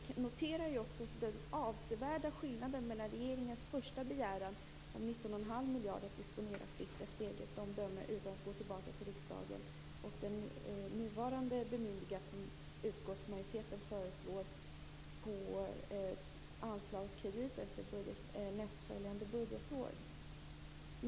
Vi noterar den avsevärda skillnaden mellan regeringens första begäran om att disponera 19 1⁄2 miljarder fritt efter eget omdöme utan att gå tillbaka till riksdagen och det nuvarande bemyndigandet som utskottsmajoriteten föreslår på anslagskrediter efter nästföljande budgetår.